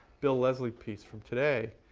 bill leslie piece from today,